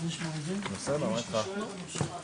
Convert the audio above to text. הישיבה ננעלה בשעה 12:17.